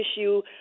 issue